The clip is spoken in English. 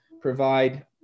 provide